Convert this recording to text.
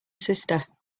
sister